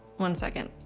one second.